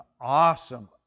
awesome